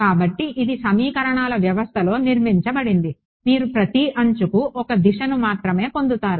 కాబట్టి ఇది సమీకరణాల వ్యవస్థలో నిర్మించబడింది మీరు ప్రతి అంచుకు ఒక దిశను మాత్రమే పొందుతారు